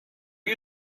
you